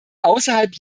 außerhalb